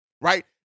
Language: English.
right